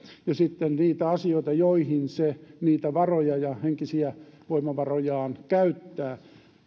ja sitten niitä asioita joihin se niitä varoja ja henkisiä voimavarojaan käyttää